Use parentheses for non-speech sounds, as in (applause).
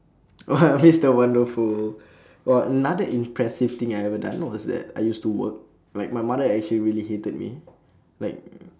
!whoa! mister wonderful (breath) oh another impressive thing I ever done what was that I used to work like my mother actually really hated me like (noise)